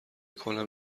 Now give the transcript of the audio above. کنم